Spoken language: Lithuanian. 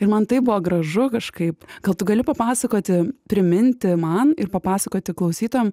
ir man taip buvo gražu kažkaip kad tu gali papasakoti priminti man ir papasakoti klausytojam